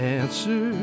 answer